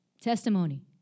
testimony